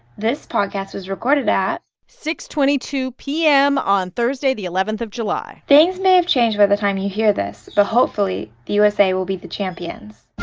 this podcast was recorded at. twenty two p m. on thursday, the eleven of july things may have changed by the time you hear this. but hopefully, the usa will be the champions